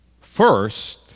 First